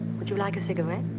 would you like a cigarette?